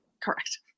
Correct